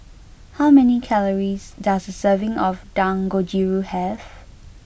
how many calories does a serving of Dangojiru have